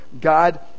God